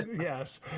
Yes